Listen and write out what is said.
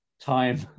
time